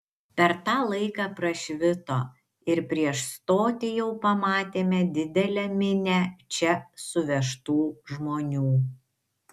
per tą laiką prašvito ir prieš stotį jau pamatėme didelę minią čia suvežtų žmonių